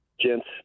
Gents